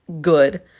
good